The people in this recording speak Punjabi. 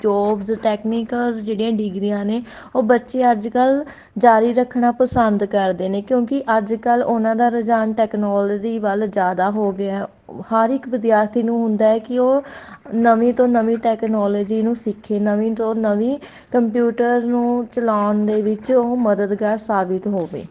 ਜੋਬਸ ਟੈਕਨੀਕਲ ਜਿਹੜੀਆਂ ਡਿਗਰੀਆਂ ਨੇ ਉਹ ਬੱਚੇ ਅੱਜ ਕੱਲ੍ਹ ਜਾਰੀ ਰੱਖਣਾ ਪਸੰਦ ਕਰਦੇ ਨੇ ਕਿਉਂਕਿ ਅੱਜ ਕੱਲ੍ਹ ਉਹਨਾਂ ਦਾ ਰੁਝਾਨ ਟੈਕਨੋਲਜੀ ਵੱਲ ਜ਼ਿਆਦਾ ਹੋ ਗਿਆ ਹਰ ਇੱਕ ਵਿਦਿਆਰਥੀ ਨੂੰ ਹੁੰਦਾ ਕਿ ਉਹ ਨਵੀਂ ਤੋਂ ਨਵੀਂ ਟੈਕਨੋਲਜੀ ਨੂੰ ਸਿੱਖੇ ਨਵੀਂ ਤੋਂ ਨਵੀਂ ਕੰਪਿਊਟਰ ਨੂੰ ਚਲਾਉਣ ਦੇ ਵਿੱਚ ਉਹ ਮਦਦਗਾਰ ਸਾਬਿਤ ਹੋਵੇ